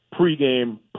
pregame